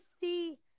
see –